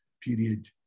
period